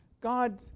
God